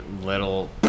little